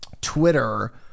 Twitter